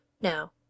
now